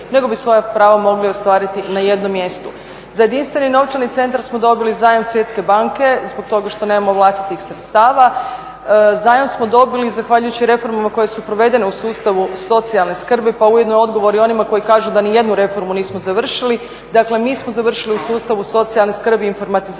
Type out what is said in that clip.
nego bi svoja prava mogli ostvariti na jednom mjestu. Za jedinstveni novčani centar smo dobili zajam Svjetske banke zbog toga što nemamo vlastitih sredstava. Zajam smo dobili zahvaljujući reformama koje su provedene u sustavu socijalne skrbi, pa ujedno i odgovori onima koji kažu da ni jednu reformu nismo završili. Dakle, mi smo završili u sustavu socijalne skrbi informatizaciju